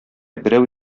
берәү